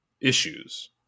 issues